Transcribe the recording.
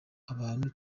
abantu